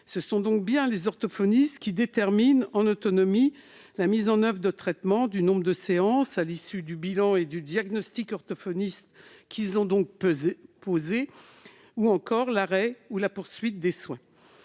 Ce sont donc bien les orthophonistes qui déterminent, en autonomie, la mise en oeuvre d'un traitement, le nombre de séances nécessaires à l'issue du bilan et du diagnostic orthophonique qu'ils ont posé ou encore l'arrêt ou la poursuite des soins.